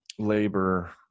labor